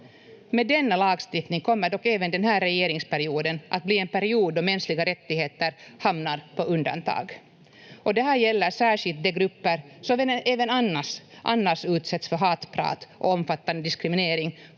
Med denna lagstiftning kommer dock även den här regeringsperioden att bli en period då mänskliga rättigheter hamnar på undantag, och det här gäller särskilt de grupper som även annars utsätts för hatprat och omfattande diskriminering